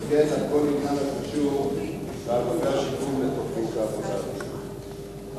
וכן על כל עניין הקשור באגפי השיקום לתוכנית העבודה העתידית.